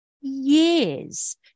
years